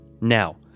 Now